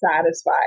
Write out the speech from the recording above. satisfied